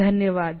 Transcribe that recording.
धन्यवाद